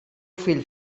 fill